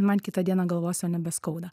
man kitą dieną galvos jau nebeskauda